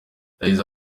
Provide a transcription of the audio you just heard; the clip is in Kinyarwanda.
yagize